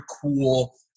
cool